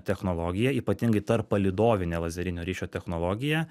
technologija ypatingai tarppalydovinė lazerinio ryšio technologija